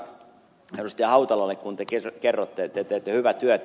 te kerroitte että te teette hyvää työtä